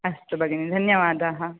अस्तु भगिनि धन्यवादाः